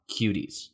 cuties